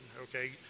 okay